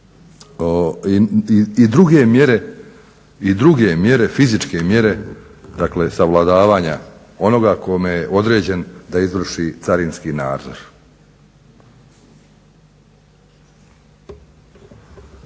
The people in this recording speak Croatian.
i druge mjere fizičke mjere, dakle savladavanja onoga kome je određen da izvrši carinski nadzor.